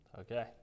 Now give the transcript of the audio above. Okay